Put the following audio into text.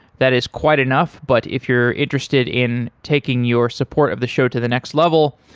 that is quite enough, but if you're interested in taking your support of the show to the next level,